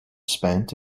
spent